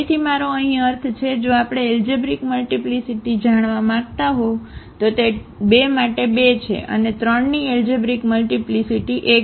ફરીથી મારો અહીં અર્થ છે જો આપણે એલજેબ્રિક મલ્ટીપ્લીસીટી જાણવા માંગતા હોવ તો તે 2 માટે 2 છે અને 3 ની એલજેબ્રિક મલ્ટીપ્લીસીટી 1 છે